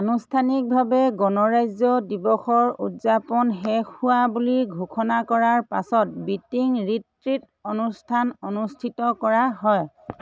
আনুষ্ঠানিকভাৱে গণৰাজ্য দিৱসৰ উদযাপন শেষ হোৱা বুলি ঘোষণা কৰাৰ পাছত বিটিং ৰিট্ৰিট অনুষ্ঠান অনুষ্ঠিত কৰা হয়